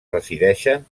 resideixen